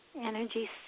Energy